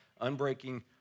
unbreaking